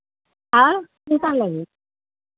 आओर कीसभ लेबही